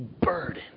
burden